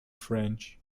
french